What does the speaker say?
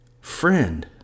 Friend